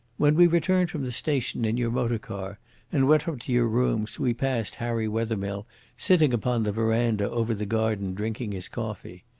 when we returned from the station in your motor-car and went up to your rooms we passed harry wethermill sitting upon the verandah over the garden drinking his coffee.